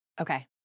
Okay